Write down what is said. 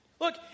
Look